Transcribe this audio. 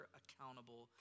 accountable